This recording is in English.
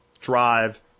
drive